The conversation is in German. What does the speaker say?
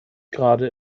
gerade